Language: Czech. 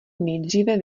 nejdříve